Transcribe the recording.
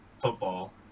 football